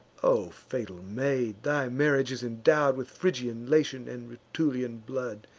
o fatal maid, thy marriage is endow'd with phrygian, latian, and rutulian blood!